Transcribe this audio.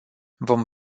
vom